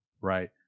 right